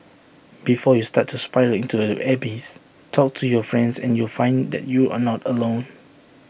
before you start to spiral into the abyss talk to your friends and you'll find that you are not alone